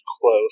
close